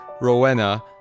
Rowena